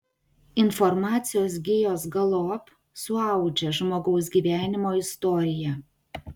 informacijos gijos galop suaudžia žmogaus gyvenimo istoriją